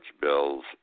bills